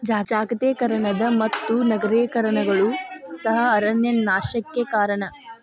ಜಾಗತೇಕರಣದ ಮತ್ತು ನಗರೇಕರಣಗಳು ಸಹ ಅರಣ್ಯ ನಾಶಕ್ಕೆ ಕಾರಣ